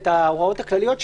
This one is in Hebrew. את ההוראות הכלליות,